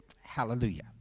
Hallelujah